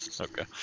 Okay